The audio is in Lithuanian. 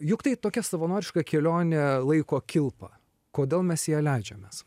juk tai tokia savanoriška kelionė laiko kilpa kodėl mes į ją leidžiamės